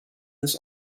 this